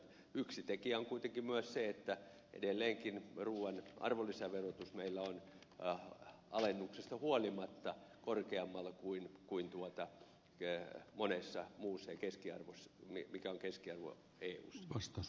yksi tekijä on kuitenkin myös se että edelleenkin ruuan arvonlisäverotus meillä on alennuksesta huolimatta korkeammalla kuin mikä on keskiarvo eussa